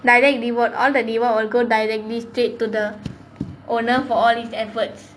neither reward all the reward will go directly straight to the owner for all his efforts